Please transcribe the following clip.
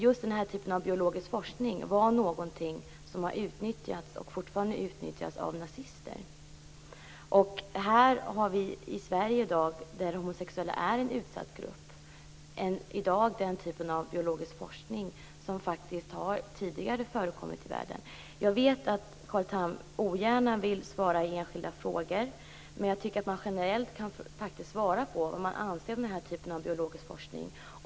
Just den här typen av biologisk forskning är något som har utnyttjats, och som fortfarande utnyttjas, av nazister. Här i Sverige - där homosexuella är en utsatt grupp - har vi i dag just den typ av biologisk forskning som faktiskt har förekommit tidigare i världen. Jag vet att Carl Tham ogärna svarar i fråga om enskilda fall, men jag tycker att man genrellt faktiskt kan svara på vad man anser om den här typen av biologisk forskning.